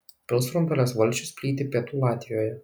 pilsrundalės valsčius plyti pietų latvijoje